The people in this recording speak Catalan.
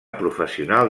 professional